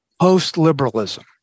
post-liberalism